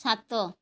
ସାତ